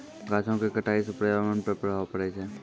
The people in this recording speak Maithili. गाछो क कटाई सँ पर्यावरण पर प्रभाव पड़ै छै